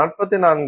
8 முதல் 3